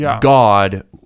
God